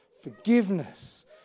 forgiveness